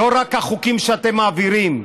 לא רק החוקים שאתם מעבירים,